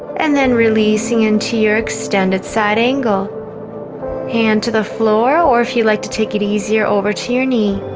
and then releasing into your extended side angle and to the floor or if you like to take it easier over to your knee